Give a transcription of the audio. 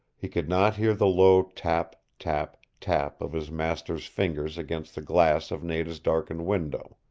he could not hear the low tap, tap, tap of his master's fingers against the glass of nada's darkened window.